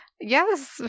Yes